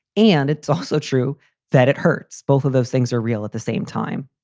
and it's also true that it hurts. both of those things are real at the same time.